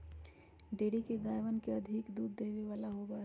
dairy के गायवन अधिक दूध देवे वाला होबा हई